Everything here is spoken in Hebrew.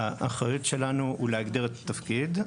האחריות שלנו היא להגדיר את התפקיד.